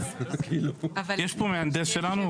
לא,